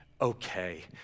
okay